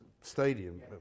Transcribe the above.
stadium